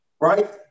right